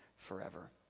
forever